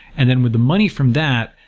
and then, with the money from that,